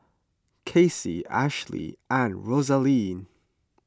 Kacey Ashlee and Rosalee